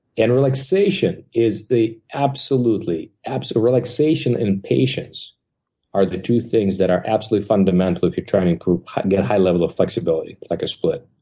and relaxation is the absolutely absolutely relaxation and patience are the two things that are absolutely fundamental if you're trying to get a high level of flexibility, like a split.